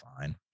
fine